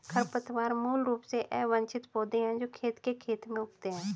खरपतवार मूल रूप से अवांछित पौधे हैं जो खेत के खेत में उगते हैं